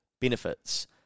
benefits